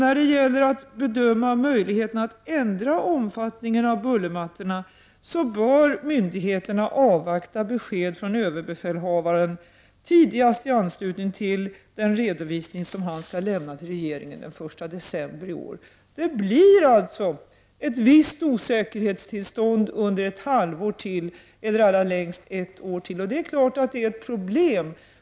När det gäller att bedöma möjligheterna att ändra omfattningen av bullermattorna, bör myndigheterna avvakta besked från överbefälhavaren tidigast i anslutning till den redovisning som han skall lämna till regeringen den 1 december i år. Det blir alltså ett visst osäkerhetstillstånd under ytterligare ett halvår eller allra längst ett år. Det är klart att det är ett problem.